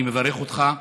אני מברך אותך.